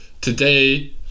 today